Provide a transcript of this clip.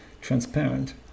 transparent